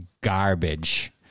garbage